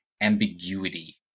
ambiguity